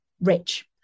rich